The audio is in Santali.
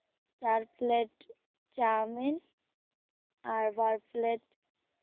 ᱪᱟᱨ ᱯᱞᱮᱴ ᱪᱟᱣᱢᱤᱱ ᱟᱨ ᱵᱟᱨ ᱯᱞᱮᱴ